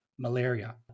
malaria